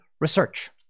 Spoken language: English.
research